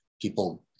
people